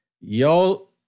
y'all